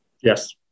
Yes